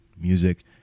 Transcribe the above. music